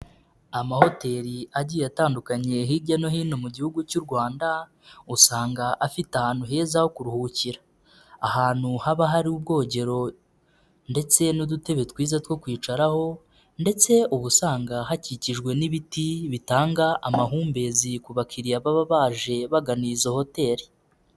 Amahoteli agiye atandukanyekanyi hirya no hino mu gihugu cy'u Rwanda usanga afite ahantu heza ho kuruhukira, ahantu haba hari ubwogero ndetse n'udutebe twiza two kwicaraho ndetse ubu usanga hakikijwe n'ibiti bitanga amahumbezi ku bakiriya baba baje bagana izo hoteli.